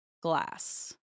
glass